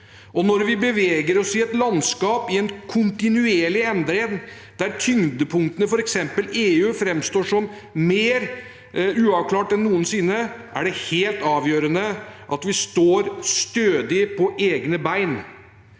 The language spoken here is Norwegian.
Når vi beveger oss i et landskap i en kontinuerlig endring, der tyngdepunktene, f.eks. EU, framstår som mer uavklart enn noensinne, er det helt avgjørende at vi står stødig på egne bein.